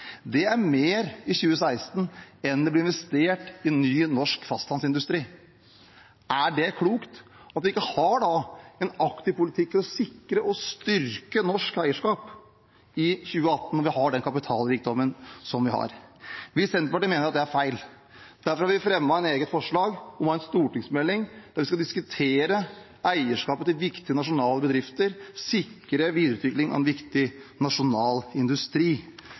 Det var mer enn det som ble investert i ny norsk fastlandsindustri i 2016. Er det klokt at vi ikke har en aktiv politikk for å sikre og styrke norsk eierskap i 2018, når vi har den kapitalrikdommen vi har? Vi i Senterpartiet mener at det er feil. Derfor har vi fremmet et eget forslag om å få en stortingsmelding for å diskutere eierskapet til viktige nasjonale bedrifter og sikre videreutviklingen av en viktig nasjonal industri.